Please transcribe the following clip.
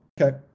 Okay